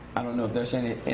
i don't know if there is any